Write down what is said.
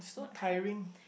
so tiring